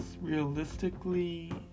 realistically